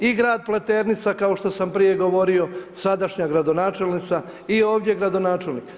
I grad Pleternica kao što sam prije govorio sadašnja gradonačelnica i ovdje gradonačelnik.